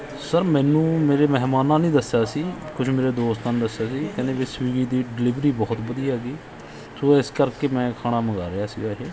sir ਮੈਨੂੰ ਮੇਰੇ ਮਹਿਮਾਨਾਂ ਨੇ ਦੱਸਿਆ ਸੀ ਕੁਝ ਮੇਰੇ ਦੋਸਤਾਂ ਨੇ ਦੱਸਿਆ ਸੀ ਕਹਿੰਦੇ ਵੀ ਸਵਿੱਗੀ ਦੀ ਡਿਲੀਵਰੀ ਬਹੁਤ ਵਧੀਆ ਹੈਗੀ ਸੋ ਇਸ ਕਰਕੇ ਮੈਂ ਖਾਣਾ ਮੰਗਵਾ ਰਿਹਾ ਸੀਗਾ ਇਹ